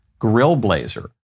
Grillblazer